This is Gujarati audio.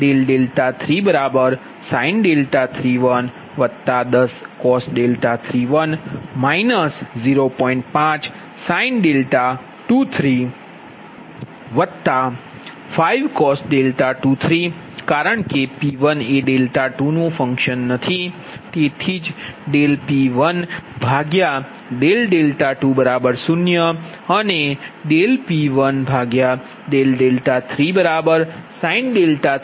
5sin235cos23 કારણ કે P1 એ 2 નું ફંક્શન નથી તેથી જ P120 અનેP13 sin31 10cos31